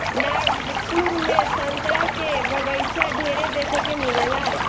नागपुर में संतरा के बगाइचा ढेरे देखे के मिलेला